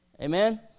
amen